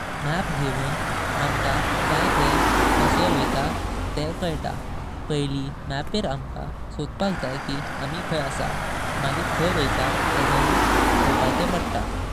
माप घेतून आमका जाई थाय कशे वैता तेह कायत। पहिली मपिर आमका सोडपक जाई कि आमी खाय आसा। मगिर खाय वैता तेजो राउत पोवचे पडता।